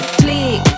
click